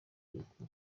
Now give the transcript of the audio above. uko